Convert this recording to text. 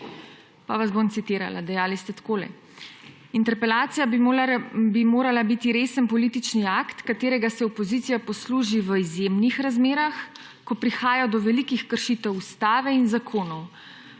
Pa vas bom citirala. Dejali ste takole: »Interpelacija bi morala biti resen politični akt, katerega se opozicija posluži v izjemnih razmerah, ko prihaja do velikih kršitev ustave in zakonov.